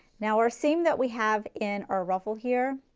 now our seam that we have in our ruffle here,